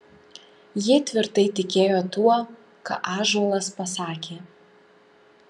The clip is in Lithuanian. ji tvirtai tikėjo tuo ką ąžuolas pasakė